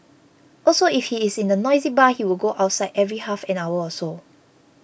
also if he is in a noisy bar he would go outside every half an hour or so